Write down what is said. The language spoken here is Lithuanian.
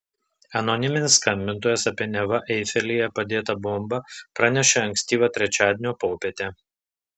anoniminis skambintojas apie neva eifelyje padėtą bombą pranešė ankstyvą trečiadienio popietę